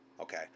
Okay